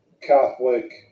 Catholic